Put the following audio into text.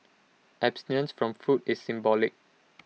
abstinence from food is symbolic